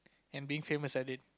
and being famous at it